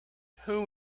who